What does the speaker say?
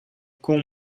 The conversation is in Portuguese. com